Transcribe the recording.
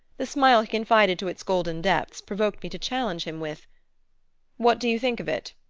the smile he confided to its golden depths provoked me to challenge him with what do you think of it?